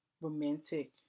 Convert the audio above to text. romantic